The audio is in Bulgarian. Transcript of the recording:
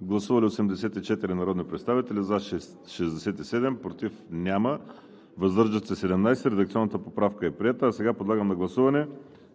Гласували 84 народни представители: за 67, против няма, въздържали се 17. Редакционната поправка е приета. А сега подлагам на гласуване